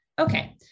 okay